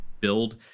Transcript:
build